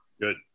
Good